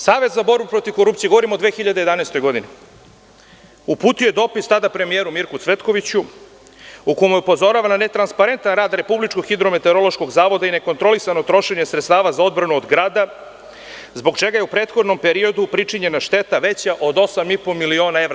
Savet za borbu protiv korupcije, govorim o 2011. godini, uputio je dopis tada premijeru Mirku Cvetkoviću, u kome upozorava na netransparentan rad Republičkog hidrometeorološkog zavoda i nekontrolisano trošenje sredstava za odbranu od grada, zbog čega je u prethodnom periodu pričinjena šteta veća od 8,5 miliona evra.